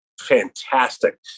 Fantastic